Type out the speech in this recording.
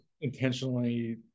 intentionally